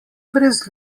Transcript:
brez